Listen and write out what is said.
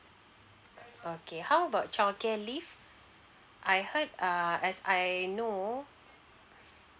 okay how about childcare leave I heard err as I know